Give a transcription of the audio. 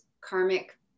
karmic